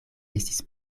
estis